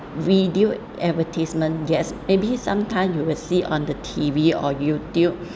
video advertisement gets maybe sometime you will see on the T_V or youtube